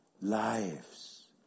lives